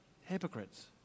hypocrites